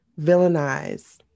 villainize